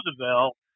Roosevelt